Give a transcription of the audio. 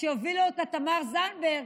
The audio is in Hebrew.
שהובילה תמר זנדברג,